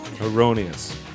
Erroneous